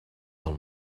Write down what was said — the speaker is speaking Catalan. del